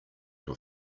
your